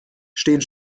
stehen